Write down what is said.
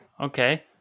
okay